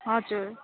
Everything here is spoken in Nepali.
हजुर